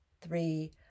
three